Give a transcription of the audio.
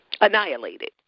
annihilated